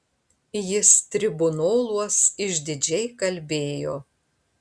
jis tribunoluos išdidžiai kalbėjo